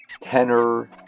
tenor